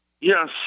Yes